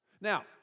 Now